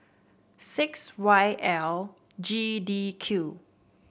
six Y L G D Q